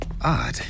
odd